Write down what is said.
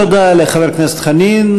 תודה לחבר הכנסת חנין.